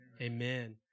Amen